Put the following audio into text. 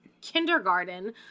kindergarten